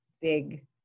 big